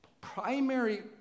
primary